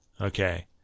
Okay